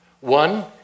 One